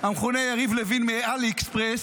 המכונה יריב לוין מעלי אקספרס,